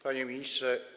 Panie Ministrze!